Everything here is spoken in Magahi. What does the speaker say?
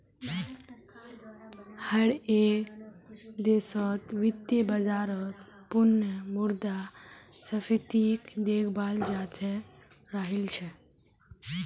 हर एक देशत वित्तीय बाजारत पुनः मुद्रा स्फीतीक देखाल जातअ राहिल छे